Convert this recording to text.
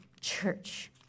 church